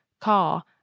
car